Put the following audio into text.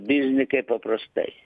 biznį kaip paprastai